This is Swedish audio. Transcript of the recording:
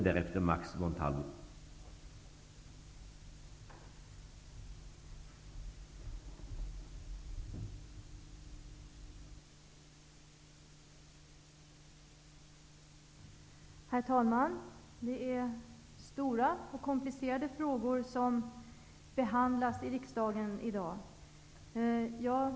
Jag står självfallet kvar vid yrkandena i min motion, men då dessa täcks både av reservationer och av meningsyttring, avstår jag från att yrka bifall till motionen.